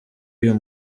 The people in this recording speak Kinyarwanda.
uyu